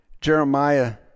Jeremiah